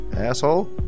asshole